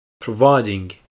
Providing